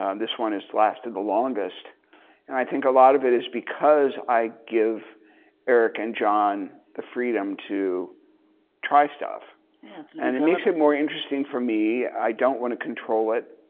um this one lasted the longest and i think a lot of it is because i give eric and john the freedom to try stuff and it makes it more interesting for me i don't want to control it